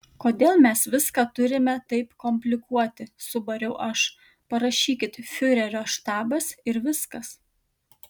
kodėl mes viską turime taip komplikuoti subariau aš parašykit fiurerio štabas ir viskas